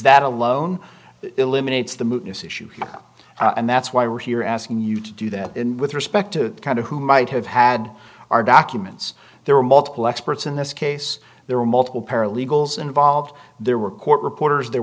that alone eliminates the movements issue and that's why we're here asking you to do that with respect to kind of who might have had our documents there were multiple experts in this case there were multiple paralegals involved there were court reporters there